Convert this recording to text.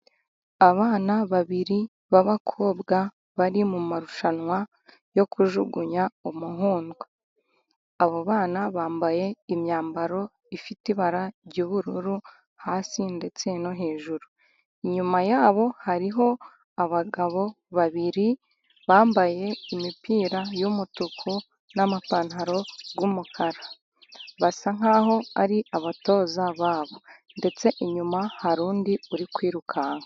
Abana babiri b'abakobwa bari mumarushanwa yo kujugunya umuhundwa. Abo bana bambaye imyambaro ifite ibara ry'ubururu hasi ndetse no hejuru. Inyuma yabo hariho abagabo babiri bambaye imipira y'umutuku n'amapantaro y'umukara. Basa nk'aho ari abatoza babo ndetse inyuma hari undi uri kwirukanka.